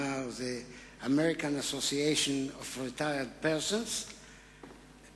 American Association of Retired Persons ,